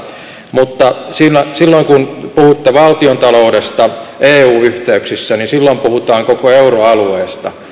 mutta silloin kun puhutaan valtiontaloudesta eu yhteyksissä niin silloin puhutaan koko euroalueesta